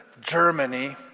Germany